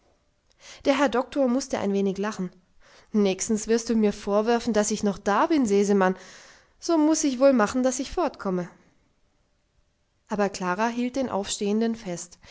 der herr doktor mußte ein wenig lachen nächstens wirst du mir vorwerfen daß ich noch da bin sesemann so muß ich wohl machen daß ich fortkomme aber klara hielt den aufstehenden fest